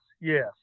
yes